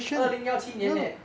二零 yao 七年 eh